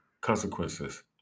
consequences